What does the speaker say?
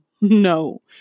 no